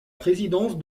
présidence